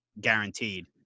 guaranteed